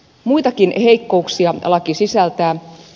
muitakin heikkouksia laki sisältää